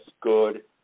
good